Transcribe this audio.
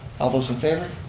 all those in favor?